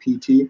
PT